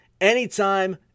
anytime